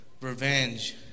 revenge